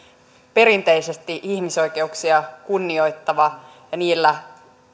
perinteisesti ihmisoikeuksia kunnioittava ja niillä